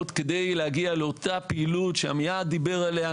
כדי להגיע לאותה פעילות שעמיעד דיבר עליה,